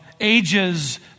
ages